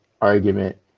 argument